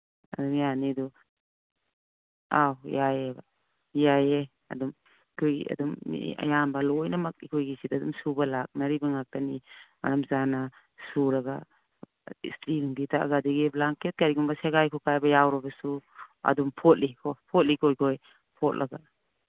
ꯌꯥꯅꯤ ꯑꯗꯨ ꯑꯧ ꯌꯥꯏꯌꯦꯕ ꯌꯥꯏꯌꯦ ꯑꯗꯨꯝ ꯑꯩꯈꯣꯏꯒꯤ ꯑꯗꯨꯝ ꯑꯌꯥꯝꯕ ꯂꯣꯏꯅꯃꯛ ꯑꯩꯈꯣꯏꯒꯤ ꯁꯤꯗ ꯑꯗꯨꯝ ꯁꯨꯕ ꯂꯥꯛꯅꯔꯤꯕ ꯉꯥꯛꯇꯅꯤ ꯃꯔꯝ ꯆꯥꯅ ꯁꯨꯔꯒ ꯏꯁꯇ꯭ꯔꯤ ꯅꯨꯡꯇꯤ ꯇꯛꯑꯒ ꯑꯗꯒꯤ ꯕ꯭ꯂꯥꯡꯀꯦꯠꯀꯨꯝꯕ ꯁꯦꯒꯥꯏ ꯈꯣꯀꯥꯏꯕ ꯌꯥꯎꯔꯕꯁꯨ ꯑꯗꯨꯝ ꯐꯣꯠꯂꯤ ꯐꯣꯠꯂꯤꯀꯣ ꯑꯩꯈꯣꯏ ꯐꯣꯠꯂꯒ